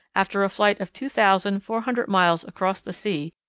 after a flight of two thousand four hundred miles across the sea,